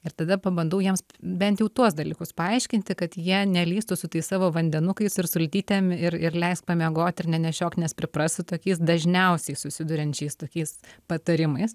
ir tada pabandau jiems bent jau tuos dalykus paaiškinti kad jie nelįstų su tais savo vandenukais ir sultytėm ir ir leisk pamiegot ir nenešiok nes pripras su tokiais dažniausiai susiduriančiais tokiais patarimais